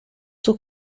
sus